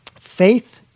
faith